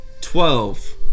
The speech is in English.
twelve